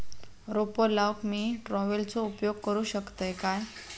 रोपा लाऊक मी ट्रावेलचो उपयोग करू शकतय काय?